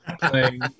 playing